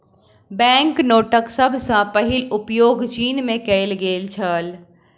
bank नोटक सभ सॅ पहिल उपयोग चीन में कएल गेल छल